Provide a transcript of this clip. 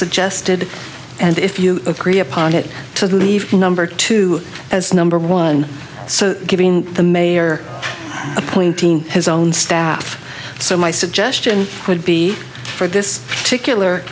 suggested and if you agree upon it to leave number two as number one so giving the mayor appointing his own staff so my suggestion would be for this particular